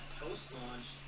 post-launch